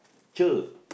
Cher